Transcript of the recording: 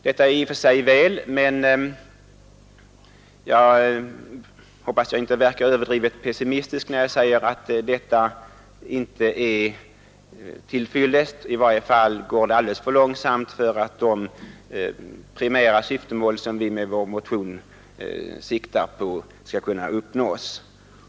Detta är i och för sig gott och väl, men jag hoppas det inte verkar överdrivet pessimistiskt när jag säger att det inte är till fyllest; i varje fall går det alldeles för långsamt för att de primära mål som vi med vår motion siktat till skall kunna uppnås.